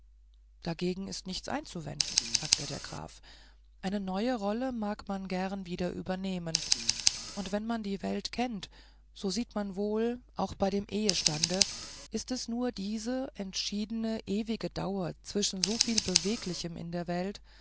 dagegen ist nichts einzuwenden sagte der graf eine neue rolle mag man gern wieder übernehmen und wenn man die welt kennt so sieht man wohl auch bei dem ehestande ist es nur diese entschiedene ewige dauer zwischen soviel beweglichem in der welt